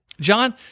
John